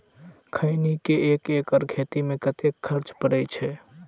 खैनी केँ एक एकड़ खेती मे कतेक खर्च परै छैय?